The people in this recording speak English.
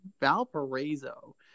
Valparaiso